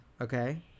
okay